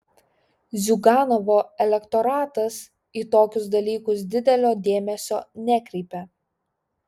ziuganovo elektoratas į tokius dalykus didelio dėmesio nekreipia